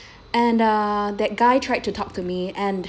and uh that guy tried to talk to me and